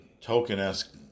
token-esque